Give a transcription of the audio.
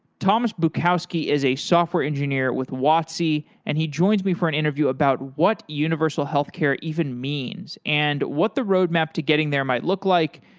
thomas bukowski is a software engineer with watsi and he joins me for an interview about what universal healthcare even means and what the roadmap to getting there might look like,